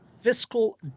fiscal